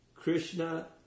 Krishna